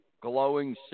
glowing